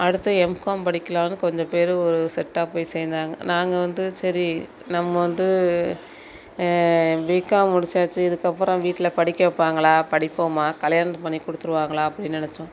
அடுத்து எம்காம் படிக்கலாம்னு கொஞ்சம் பேர் ஒரு செட்டாக போய் சேர்ந்தாங்க நாங்கள் வந்து சரி நம்ம வந்து பிகாம் முடிச்சாச்சு இதுக்கப்புறம் வீட்டில் படிக்க வைப்பாங்களா படிப்போமா கல்யாணத்தை பண்ணி கொடுத்துருவாங்களா அப்படின்னு நெனைச்சோம்